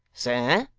sir,